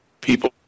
people